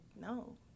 no